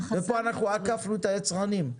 ופה אנחנו עקפנו את היצרנים.